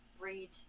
read